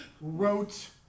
Wrote